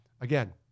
Again